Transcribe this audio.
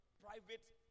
private